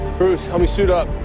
cruz, help me suit up.